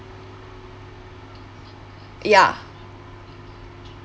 ya